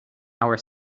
our